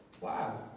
Wow